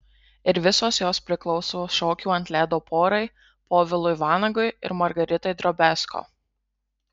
ir visos jos priklauso šokių ant ledo porai povilui vanagui ir margaritai drobiazko